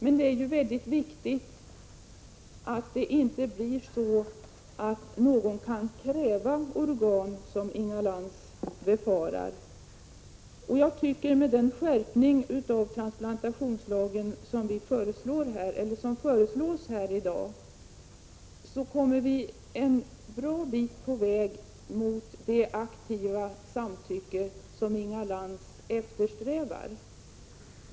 Men det är ju mycket viktigt att inte någon kan kräva organ, som Inga Lantz befarar. Med den skärpning av transplantationslagen som föreslås i dag tycker jag att vi kommer en bra bit på väg mot det aktiva samtycke som Inga Lantz eftersträvar.